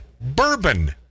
Bourbon